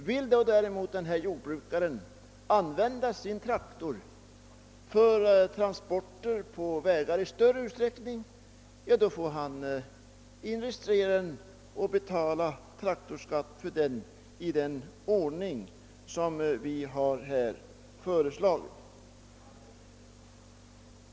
Vill däremot jordbrukaren använda sin traktor för transporter på vägar i större utsträckning, skall han inregistrera den och betala traktorskatt i den ordning som vi här föreslagit.